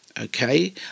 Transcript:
Okay